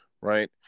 right